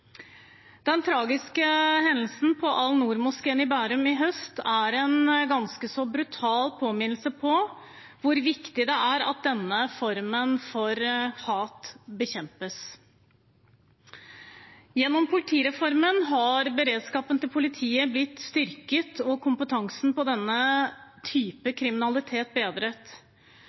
Den tragiske hendelsen i Al-Noor-moskeen i Bærum i høst er en brutal påminnelse om hvor viktig det er at denne formen for hat bekjempes. Gjennom politireformen har beredskapen til politiet blitt styrket og kompetansen på denne typen kriminalitet bedret.